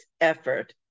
effort